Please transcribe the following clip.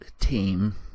team